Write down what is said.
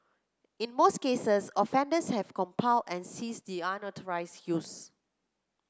in most cases offenders have complied and ceased the unauthorised use